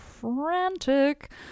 frantic